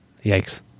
Yikes